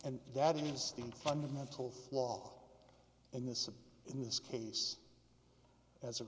and that means the fundamental flaw in this in this case as